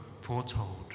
foretold